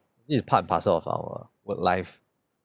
this is part and parcel of our work life